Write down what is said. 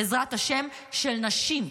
בעזרת השם של נשים,